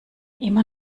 immer